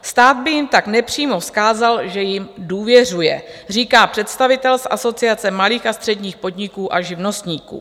Stát by jim tak nepřímo vzkázal, že jim důvěřuje, říká představitel z Asociace malých a středních podniků a živnostníků.